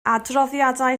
adroddiadau